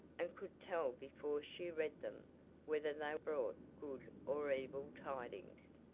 and could tell before she read them whether they brought good or evil tidings.